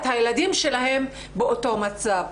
את הילדים שלהם באותו מצב.